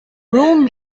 room